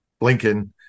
Blinken